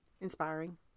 inspiring